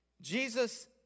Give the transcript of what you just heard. Jesus